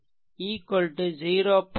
75 0